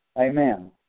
Amen